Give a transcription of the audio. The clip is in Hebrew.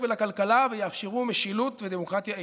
ולכלכלה ויאפשרו משילות ודמוקרטיה איתנה.